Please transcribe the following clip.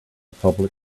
public